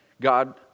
God